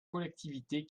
collectivités